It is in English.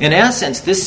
in essence this